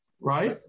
Right